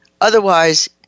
Otherwise